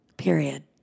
period